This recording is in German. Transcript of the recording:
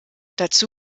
dazu